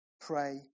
pray